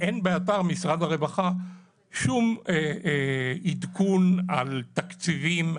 אין באתר משרד הרווחה שום עדכון על תקציבים,